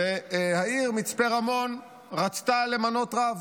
והעיר מצפה רמון רצתה למנות רב,